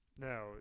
No